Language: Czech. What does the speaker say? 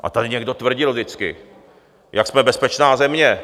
A tady někdo tvrdil vždycky, jak jsme bezpečná země.